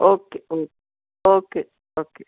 okay okay okay okay